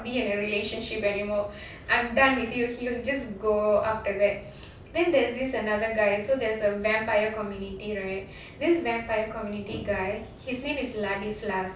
be in a relationship anymore I'm done with you he'll just go after that then there's this another guy so there's a vampire community right this vampire community guy his name is ladislas